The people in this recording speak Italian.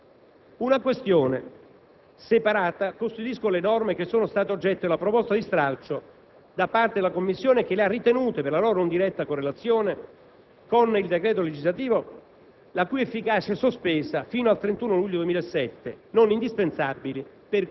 che la scelta cada su candidati individuati solo per le loro capacità. Una questione separata costituiscono le norme che sono state oggetto della proposta di stralcio da parte della Commissione che le ha ritenute, per la loro non diretta correlazione con il decreto legislativo